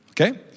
Okay